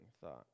thought